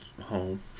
home